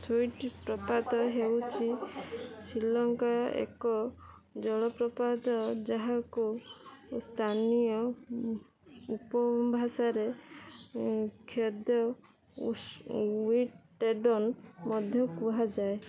sweet ପ୍ରପାତ ହେଉଛି ଶ୍ରୀଲଙ୍କା ଏକ ଜଳପ୍ରପାତ ଯାହାକୁ ସ୍ଥାନୀୟ ଉପଭାଷାରେ କ୍ଷୈଦ ଉସ୍ ଉଇଟେଡ଼ନ୍ ମଧ୍ୟ କୁହାଯାଏ